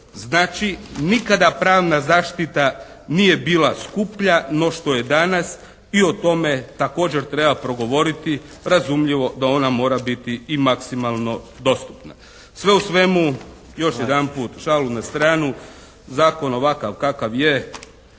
Znači, nikada pravna zaštita nije bila skuplja no što je danas i o tome također treba progovoriti. Razumljivo da ona mora biti i maksimalno dostupna. Sve u svemu još jedanput šalu na stranu. Zakon ovakav kakav je